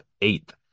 eighth